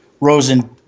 Rosen